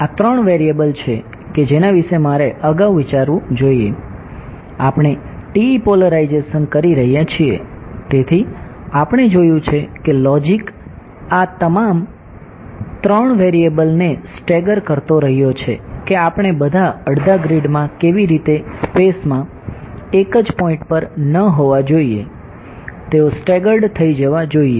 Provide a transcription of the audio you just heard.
આ ત્રણ વેરિએબલ લાઈનો છે ત્યાં E હોવું જોઈએ